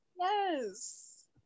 Yes